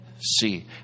see